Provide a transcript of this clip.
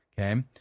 Okay